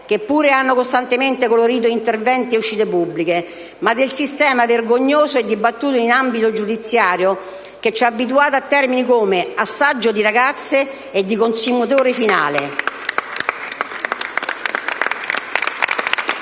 che pure hanno costantemente colorito interventi e uscite pubbliche, ma del sistema vergognoso e dibattuto in ambito giudiziario che ci ha abituato a termini come «assaggio di ragazze» e «consumatore finale»